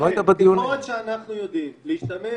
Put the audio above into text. ככל שאנחנו יודעים להשתמש